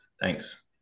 Thanks